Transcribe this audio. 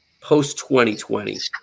post-2020